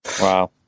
Wow